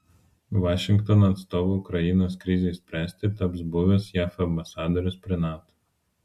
vašingtono atstovu ukrainos krizei spręsti taps buvęs jav ambasadorius prie nato